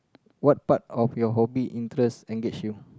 what part of your hobby interest engage you